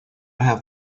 have